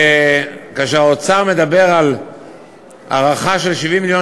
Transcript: וכאשר האוצר מדבר על הערכה של 70 מיליון